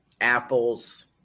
apples